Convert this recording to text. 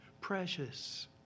precious